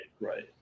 right